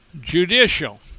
Judicial